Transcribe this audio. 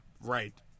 Right